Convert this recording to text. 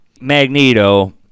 Magneto